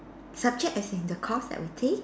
subject as in the course that we take